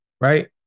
right